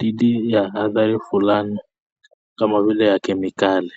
dhidi ya hadhari fulani kama vile ya kemikali.